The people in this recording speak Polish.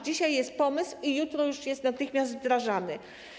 Dzisiaj jest pomysł i jutro już jest natychmiast wdrażany.